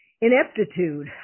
ineptitude